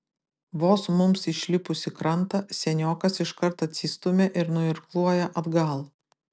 vos mums išlipus į krantą seniokas iškart atsistumia ir nuirkluoja atgal